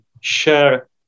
share